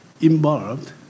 involved